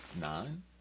Nine